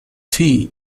tea